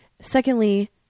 Secondly